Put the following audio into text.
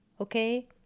okay